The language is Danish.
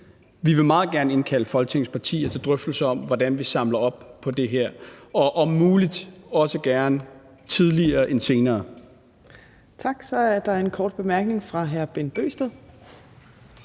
vi vil meget gerne indkalde Folketingets partier til drøftelser om, hvordan vi samler op på det her, og om muligt også gerne tidligere end senere. Kl. 16:52 Fjerde næstformand (Trine